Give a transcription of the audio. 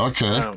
Okay